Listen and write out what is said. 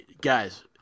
guys